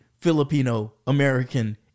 Filipino-American